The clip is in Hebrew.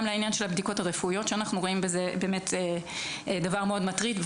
גם לעניין הבדיקות הרפואיות אנחנו רואים בזה דבר מאוד מטריד,